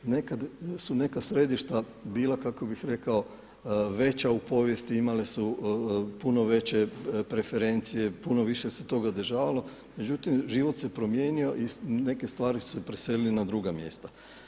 Nekad su neka središta bila kako bih rekao, veća u povijesti, imali su puno veće preferencije, puno više se toga održavalo, međutim život se promijenio i neke stvari su se preselili na druga mjesta.